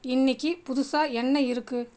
இன்னிக்கு புதுசாக என்ன இருக்கு